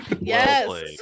Yes